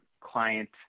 client